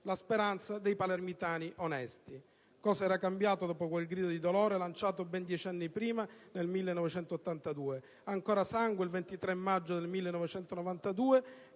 la speranza dei palermitani onesti». Cosa era cambiato dopo quel grido di dolore lanciato ben dieci anni prima, nel 1982? Ancora sangue: il 23 maggio del 1992